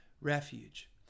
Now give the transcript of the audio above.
refuge